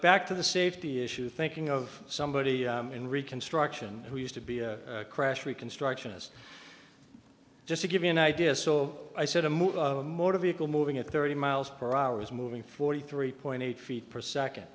back to the safety issue thinking of somebody in reconstruction who used to be a crash reconstructionist just to give you an idea so i said a move of a motor vehicle moving at thirty miles per hour is moving forty three point eight feet per second